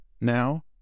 Now